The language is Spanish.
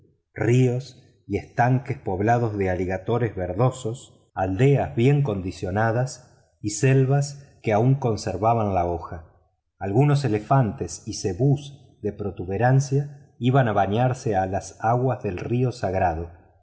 ríos de estanques poblados de aligatores verdosos aldeas bien acondicionadas y selvas que aun conservaban la hoja algunos elefantes y cebús de protuberancia iban a bañarse a las aguas del río sagrado